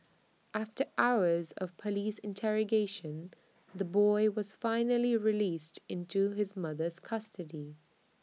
after hours of Police interrogation the boy was finally released into his mother's custody